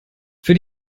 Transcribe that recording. für